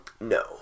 No